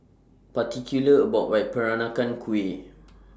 particular about My Peranakan Kueh